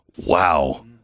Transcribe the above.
Wow